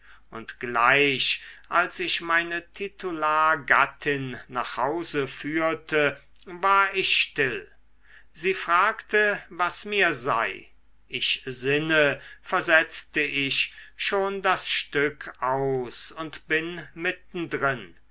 und gleich als ich meine titulargattin nach hause führte war ich still sie fragte was mir sei ich sinne versetzte ich schon das stück aus und bin